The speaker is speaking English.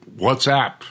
WhatsApp